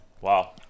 Wow